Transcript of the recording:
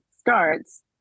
starts